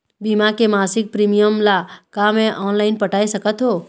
बीमा के मासिक प्रीमियम ला का मैं ऑनलाइन पटाए सकत हो?